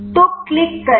तो क्लिक करें